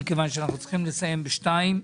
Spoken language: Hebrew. מכיוון שאנחנו צריכים לסיים ב-14:00.